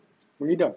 mengidam